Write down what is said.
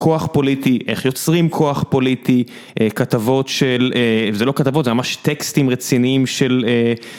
כוח פוליטי, איך יוצרים כוח פוליטי, כתבות של, זה לא כתבות, זה ממש טקסטים רציניים של...